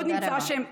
תודה רבה.